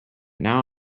now